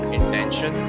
intention